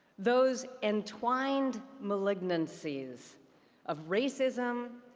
those entwined malignancies of racism,